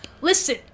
Listen